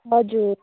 हजुर